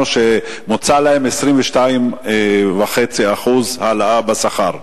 שמוצעים להם 22.5% העלאה בשכר.